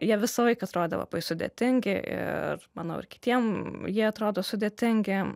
jie visąlaik atrodė labai sudėtingi ir manau ir kitiem jie atrodo sudėtingi